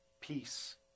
Peace